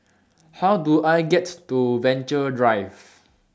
How Do I get to Venture Drive